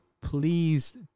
Please